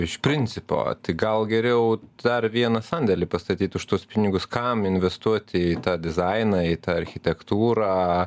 iš principo tik gal geriau dar vieną sandėlį pastatyt už tuos pinigus kam investuoti į tą dizainą į tą architektūrą